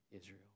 Israel